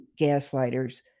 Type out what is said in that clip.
gaslighters